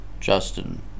Justin